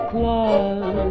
Claus